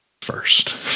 first